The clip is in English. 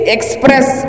Express